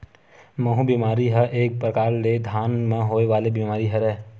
माहूँ बेमारी ह एक परकार ले धान म होय वाले बीमारी हरय